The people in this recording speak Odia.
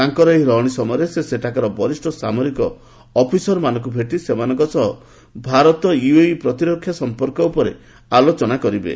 ତାଙ୍କର ଏହି ରହଣି ସମୟରେ ସେ ସେଠାକାର ବରିଷ୍ଣ ସାମରିକ ଅଫିସରମାନଙ୍କୁ ଭେଟି ସେମାନଙ୍କ ସହ ଭାରତ ୟୁଏଇ ପ୍ରତିରକ୍ଷା ସମ୍ପର୍କ ଉପରେ ଆଲୋଚନା କରିବେ